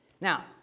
Now